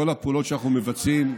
כל הפעולות שאנחנו מבצעים,